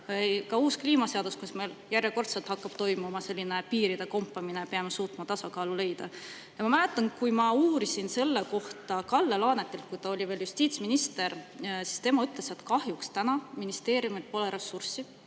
Ka uus kliimaseadus, millega meil järjekordselt hakkab toimuma piiride kompamine ja me peame suutma tasakaalu leida. Ma mäletan, kui ma uurisin selle kohta Kalle Laanetilt, kui ta oli veel justiitsminister, siis tema ütles, et kahjuks pole ministeeriumil täna ressurssi,